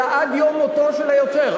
אלא עד יום מותו של היוצר.